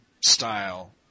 style